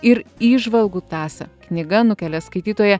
ir įžvalgų tąsą knyga nukelia skaitytoją